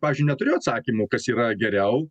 pavyzdžiui neturiu atsakymo kas yra geriau